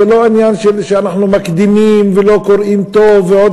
זה לא עניין שאנחנו מקדימים ולא קוראים טוב ועוד